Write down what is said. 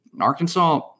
Arkansas